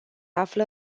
află